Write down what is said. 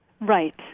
right